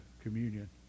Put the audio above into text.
communion